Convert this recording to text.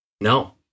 No